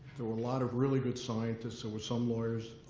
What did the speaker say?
there were a lot of really good scientists. there were some lawyers,